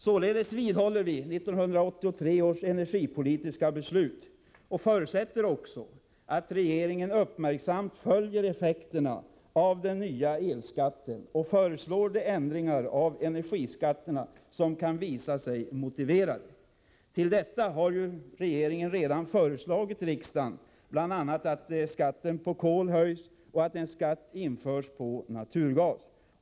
Således vidhåller vi 1983 års energipolitiska beslut och förutsätter också att regeringen uppmärksamt följer effekterna av den nya elskatten och föreslår de ändringar av energiskatterna som kan visa sig motiverade. Till detta har ju regeringen redan föreslagit riksdagen bl.a. att skatten på kol höjs och att en skatt införs på naturgas.